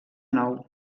nou